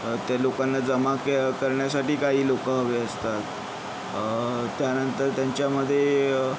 त्या लोकांना जमा के करण्यासाठी काही लोक हवे असतात त्यानंतर त्यांच्यामध्ये